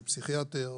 פסיכיאטר,